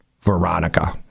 Veronica